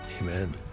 Amen